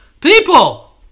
People